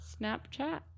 Snapchat